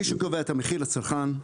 מי שקובע את המחיר לצרכן,